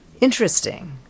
interesting